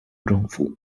政府